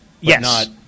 Yes